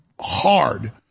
hard